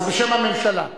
אז בשם הממשלה.